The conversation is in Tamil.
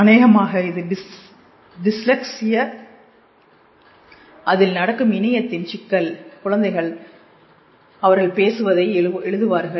அனேகமாக இது டிஸ்லெக்சிய அதில் நடக்கும் இணையத்தின் சிக்கல் குழந்தைகள் அவர்கள் பேசுவதை எழுதுவார்கள்